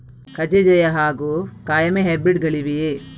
ಕಜೆ ಜಯ ಹಾಗೂ ಕಾಯಮೆ ಹೈಬ್ರಿಡ್ ಗಳಿವೆಯೇ?